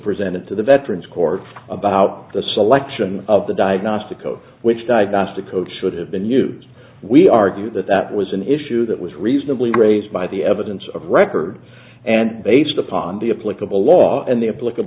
presented to the veterans court about the selection of the diagnostic code which diagnostic coach should have been used we argued that that was an issue that was reasonably raised by the evidence of record and based upon the a click of a law and the applica